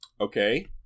okay